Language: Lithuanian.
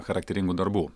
charakteringų darbų